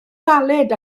galed